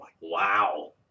Wow